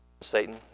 Satan